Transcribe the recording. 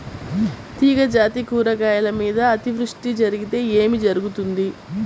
తీగజాతి కూరగాయల మీద అతివృష్టి జరిగితే ఏమి జరుగుతుంది?